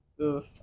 Oof